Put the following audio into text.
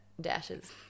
dashes